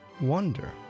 wonder